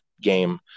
game